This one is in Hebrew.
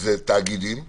תאגידים וחברות,